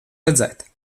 redzēt